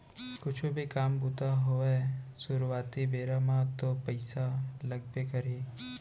कुछु भी काम बूता होवय सुरुवाती बेरा म तो पइसा लगबे करही